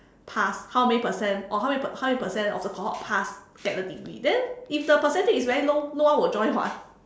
pass how many percent or how many per~ how many percent of the cohort pass get the degree then if the percentage very low then no one will join [what]